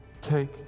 take